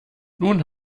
nun